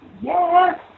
Yes